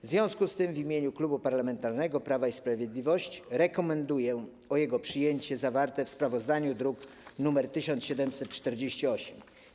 W związku z tym w imieniu Klubu Parlamentarnego Prawo i Sprawiedliwość rekomenduję jego przyjęcie, zgodnie ze sprawozdaniem z druku nr 1748.